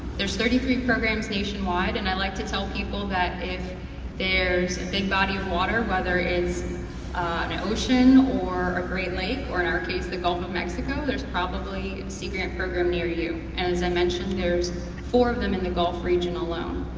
there's thirty three programs nation wide, and i like to tell people that if there's a and big body of water, whether it's an ocean or a great lake or in our case the gulf of mexico, there's probably a and sea grant program near you. and as i mentioned, there's four of them in the gulf region alone.